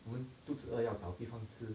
mm 肚子饿要找地方吃:du zi er yao zhao di fangchi